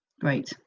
Great